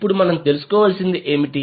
ఇప్పుడు మనం తెలుసుకోవలసినది ఏమిటి